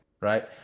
right